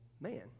man